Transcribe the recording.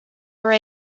were